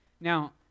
Now